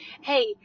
hey